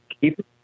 keep